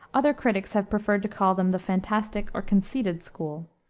other critics have preferred to call them the fantastic or conceited school,